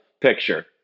picture